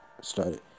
started